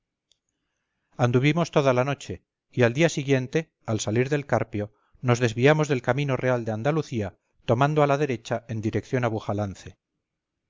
anduvimos toda la noche y al día siguiente al salir del carpio nos desviamos del camino real de andalucía tomando a la derecha en dirección